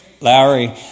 Lowry